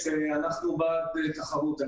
שאנחנו בעד תחרות.